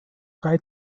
drei